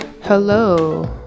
Hello